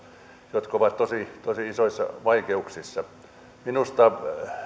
jotka ovat tosi tosi isoissa vaikeuksissa minusta